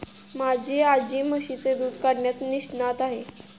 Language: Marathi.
माझी आजी म्हशीचे दूध काढण्यात निष्णात आहे